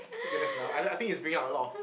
okay that's now I I think it's bringing up a lot of